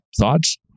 Thoughts